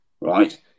right